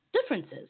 differences